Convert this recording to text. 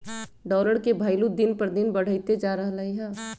dollar के भइलु दिन पर दिन बढ़इते जा रहलई ह